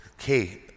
okay